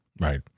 Right